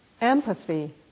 Empathy